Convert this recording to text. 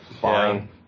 fine